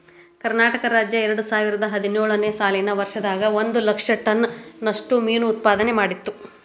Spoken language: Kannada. ಕರ್ನಾಟಕ ರಾಜ್ಯ ಎರಡುಸಾವಿರದ ಹದಿನೇಳು ನೇ ಸಾಲಿನ ವರ್ಷದಾಗ ಒಂದ್ ಲಕ್ಷ ಟನ್ ನಷ್ಟ ಮೇನು ಉತ್ಪಾದನೆ ಮಾಡಿತ್ತು